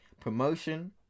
Promotion